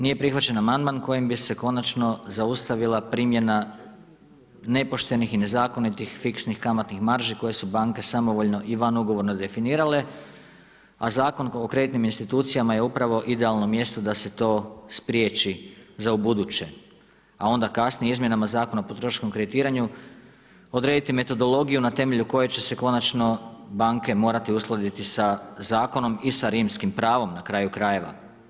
Nije prihvaćen amandman kojim bi se konačno zaustavila primjena nepoštenih i nezakonitih fiksnih kamatnih marži koje su banke samovoljno i van ugovora definirale a Zakon o kreditnim institucijama je upravo idealno mjesto da se to spriječi za ubuduće a onda kasnije izmjenama Zakon o potrošačkom kreditiranju odrediti metodologiju na temelju koje će se konačno banke morati uskladiti sa zakonom i sa Rimskim pravom na kraju krajeva.